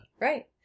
Right